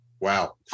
Wow